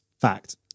Fact